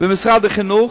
למשרד החינוך,